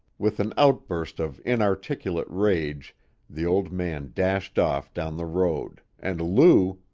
with an outburst of inarticulate rage the old man dashed off down the road, and lou,